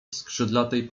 skrzydlatej